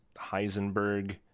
Heisenberg